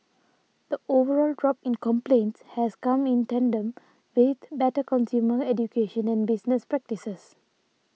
the overall drop in complaints has come in tandem with better consumer education and business practices